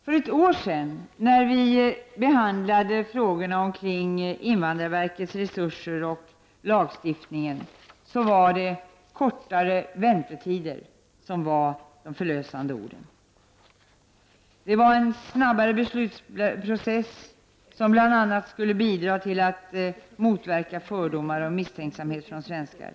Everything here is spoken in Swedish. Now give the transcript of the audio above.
För ett år sedan, när vi behandlade frågorna kring invandrarverkets resurser och lagstiftningen, var det kortare väntetider som var de förlösande orden. En snabbare beslutprocess skulle bl.a. bidra till att motverka fördomar och misstänksamhet från svenskarna.